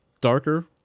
darker